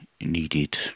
needed